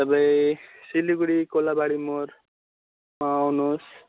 तपाईँ सिलगढी कोलाबारी मोडमा आउनुहोस्